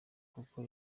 kuko